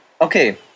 okay